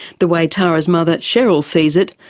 the way tara's mother cheryl sees it,